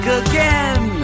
again